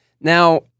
Now